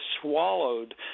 swallowed